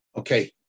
Okay